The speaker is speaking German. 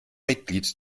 mitglied